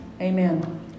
Amen